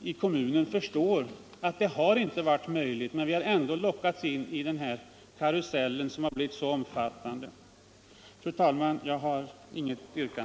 i kommunen förstår att en ändring inte varit möjlig. De har ändå lockats in i denna karusell som blivit så omfattande. Fru talman! Jag har inget yrkande.